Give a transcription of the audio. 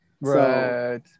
right